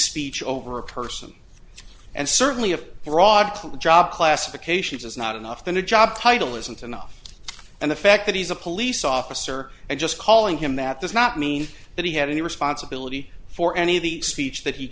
speech over a person and certainly if they were awed to the job classifications is not enough the new job title isn't enough and the fact that he's a police officer and just calling him that does not mean that he had any responsibility for any of the speech that he